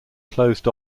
closed